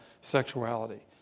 sexuality